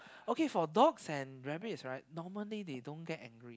okay for dogs and rabbits right normally they don't get angry